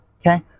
okay